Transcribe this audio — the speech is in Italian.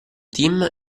team